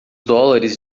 dólares